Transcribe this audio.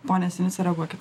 pone sinica reaguokit